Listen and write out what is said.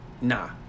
nah